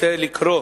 רוצה לקרוא